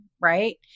right